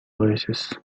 oasis